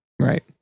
Right